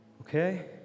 okay